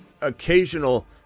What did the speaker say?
occasional